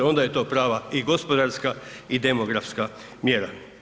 Onda je to prava i gospodarska i demografska mjera.